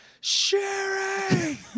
Sherry